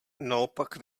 naopak